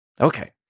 Okay